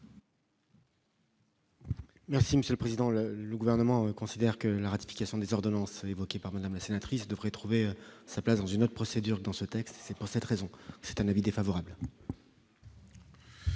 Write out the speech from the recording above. Monsieur le président, le le gouvernement considère que la ratification des ordonnances évoqués par Madame la sénatrice devrait trouver sa place dans une autre procédure dans ce texte, c'est pour cette raison, c'est un avis défavorable.